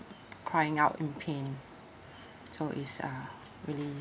crying out in pain so it's uh really